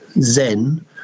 zen